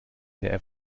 der